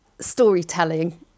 storytelling